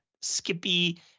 Skippy